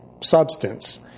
substance